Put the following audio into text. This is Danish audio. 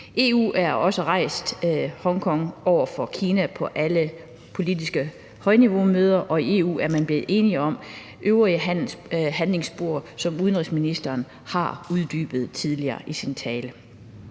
spørgsmålet om Hongkong over for Kina på alle politiske møder på højt niveau, og i EU er man blevet enige om øvrige handlingsspor, som udenrigsministeren uddybede tidligere i sin tale.